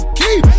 keep